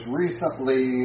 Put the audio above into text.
recently